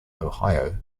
ohio